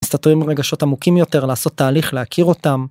מסתתרים רגשות עמוקים יותר לעשות תהליך להכיר אותם.